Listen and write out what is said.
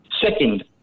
Second